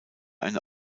eine